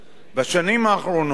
אירע לא אחת